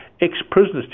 ex-prisoners